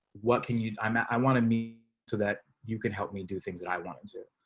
what can you i mean i wanted me to that you can help me do things that i wanted to,